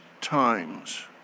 times